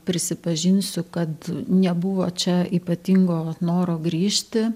prisipažinsiu kad nebuvo čia ypatingo noro grįžti